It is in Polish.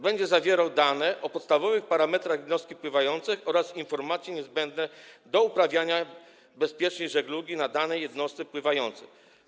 Będzie zawierał dane o podstawowych parametrach jednostki pływającej oraz informacje niezbędne do uprawiania bezpiecznej żeglugi na danej jednostce pływającej.